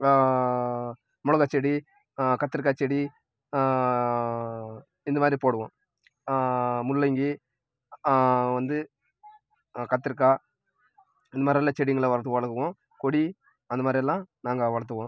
மிளகாச்செடி கத்தரிக்காய்ச்செடி இந்த மாதிரி போடுவோம் முள்ளங்கி வந்து கத்தரிக்காய் இந்தமாதிரி எல்லாம் செடிகள வள வளர்க்குவோம் கொடி அந்த மாதிரி எல்லாம் நாங்கள் வளர்த்துவோம்